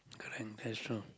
correct that is true